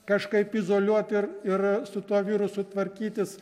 kažkaip izoliuot ir ir su tuo virusu tvarkytis